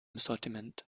sortiment